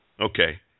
Okay